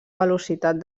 velocitat